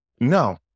No